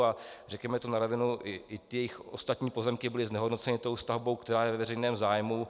A řekněme to na rovinu, i jejich ostatní pozemky byly znehodnoceny tou stavbou, která je ve veřejném zájmu.